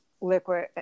liquid